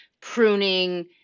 pruning